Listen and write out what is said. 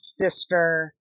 sister